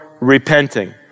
repenting